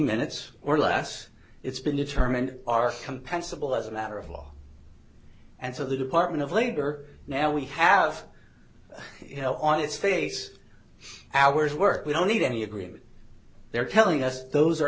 minutes or less it's been determined our compensable as a matter of law and so the department of labor now we have you know on its face hours work we don't need any agreement they're telling us those